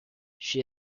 she